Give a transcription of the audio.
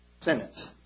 sentence